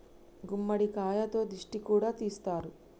గుమ్మడికాయతో దిష్టి కూడా తీస్తారు